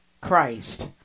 Christ